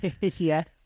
Yes